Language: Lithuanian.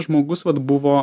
žmogus vat buvo